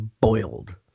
Boiled